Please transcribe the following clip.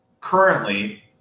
Currently